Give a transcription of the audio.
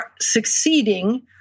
succeeding